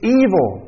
evil